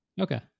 Okay